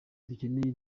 dukeneye